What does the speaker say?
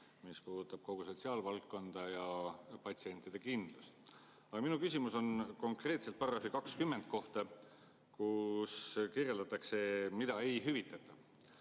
mis puudutab kogu sotsiaalvaldkonda ja patsientide kindlust. Aga minu küsimus on konkreetselt § 20 kohta, kus kirjeldatakse, mida ei hüvitata.